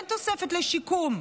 אין תוספת לשיקום.